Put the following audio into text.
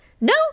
no